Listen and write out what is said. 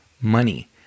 money